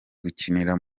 gukinira